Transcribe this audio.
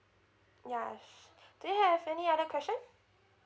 ya do you have any other question